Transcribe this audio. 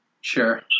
sure